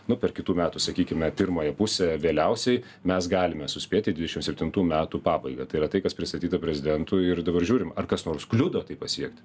nu per kitų metų sakykime pirmąją pusę vėliausiai mes galime suspėti dvidešim septintų metų pabaigą tai yra tai kas pristatyta prezidentui ir dabar žiūrima ar kas nors kliudo tai pasiekti